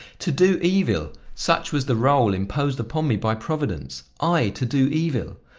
to do evil! such was the role imposed upon me by providence! i, to do evil!